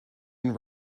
and